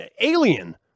Alien